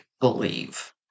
believe